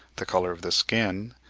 the colour of the skin,